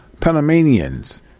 Panamanians